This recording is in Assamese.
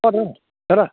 অঁ দাদা